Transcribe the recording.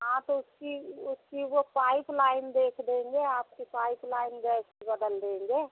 हाँ तो उसकी उसकी वो पाइपलाइन देख देंगे आपकी पाइपलाइन गैस की बदल देंगे